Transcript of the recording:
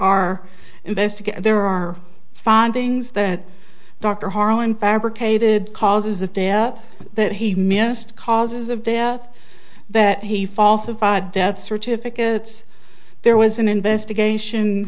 investigated there are findings that dr harlan fabricated causes of death that he missed causes of death that he falsified death certificates there was an investigation